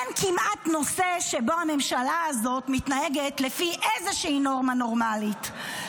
אין כמעט נושא שבו הממשלה הזאת מתנהגת לפי איזושהי נורמה נורמלית,